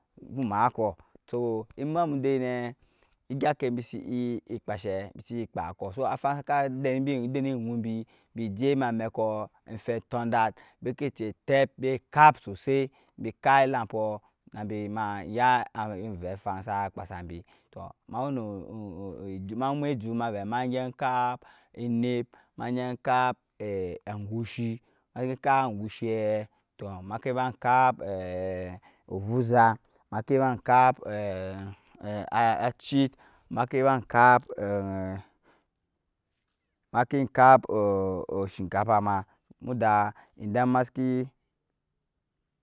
Ku makoɔ so emma mudai nɛ egyagkɛ bisi e kpashɛ bisi enyi kpa kɔɔ so amfang den bi jɛ mamɛkɔɔ enfɛ tundat bikisi tɛp bi kap soisoi bi kap elampo nabi ma ya avɛ afang sa kpsambi tɔɔ ma wɛno ma myɛ ejut ma vɛ magɛ iap enɛp magɛ kap angushi maki kap angushi makin ba kap ovuza makin ba kap achiɛ makin ba kap,